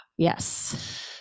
yes